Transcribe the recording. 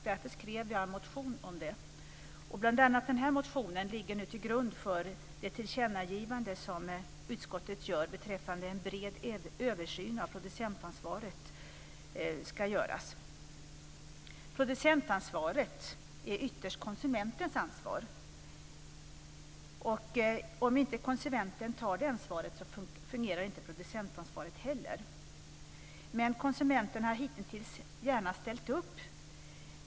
Därför har jag väckt en motion om detta. Bl.a. den motionen ligger till grund för det tillkännagivande som utskottet gör beträffande en bred översyn av producentansvaret. Producentansvaret är ytterst konsumentens ansvar. Om inte konsumenten tar det ansvaret fungerar inte producentansvaret heller. Men konsumenterna har hitintills gärna ställt upp.